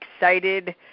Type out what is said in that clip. excited